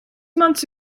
months